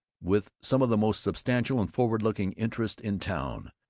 with some of the most substantial and forward-looking interests in town,